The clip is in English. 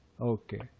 Okay